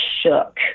shook